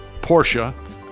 Porsche